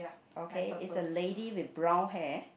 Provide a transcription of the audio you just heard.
okay it's a lady with brown hair